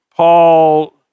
Paul